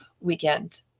weekend